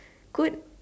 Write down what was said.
could